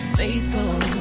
faithful